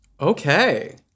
Okay